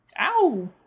Ow